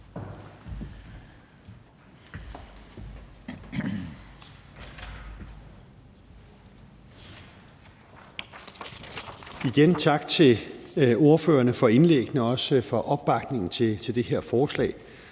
sige tak til ordførerne for indlæggene og for opbakningen til det her forslag.